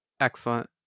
excellent